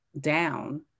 down